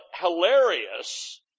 hilarious